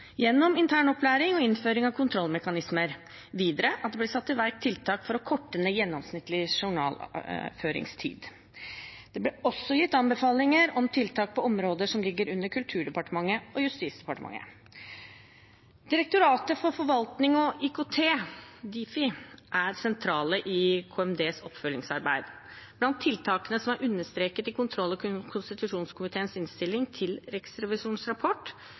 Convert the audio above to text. gjennom intern opplæring og innføring av kontrollmekanismer, videre at det blir satt i verk tiltak for å korte ned gjennomsnittlig journalføringstid. Det ble også gitt anbefalinger om tiltak på områder som ligger under Kulturdepartementet og Justis- og beredskapsdepartementet. Direktoratet for forvaltning og ikt, Difi, er sentralt i Kommunal- og moderniseringsdepartementets oppfølgingsarbeid. Blant tiltakene som er understreket i kontroll- og konstitusjonskomiteens innstilling til Riksrevisjonens rapport,